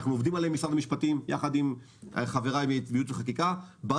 אנחנו עובדים עליהן עם חבריי ממחלקת ייעוץ וחקיקה במשרד המשפטים.